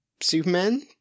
Superman